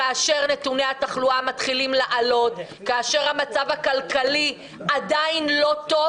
כאשר נתוני התחלואה מתחילים לעלות; כאשר המצב הכלכלי עדיין לא טוב,